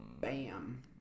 Bam